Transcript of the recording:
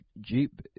Jeep